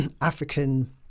African